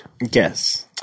Yes